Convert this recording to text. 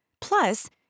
Plus